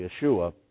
Yeshua